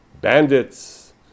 bandits